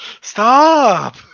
Stop